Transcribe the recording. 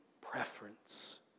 preference